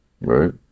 right